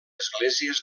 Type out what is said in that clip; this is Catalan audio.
esglésies